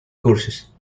courses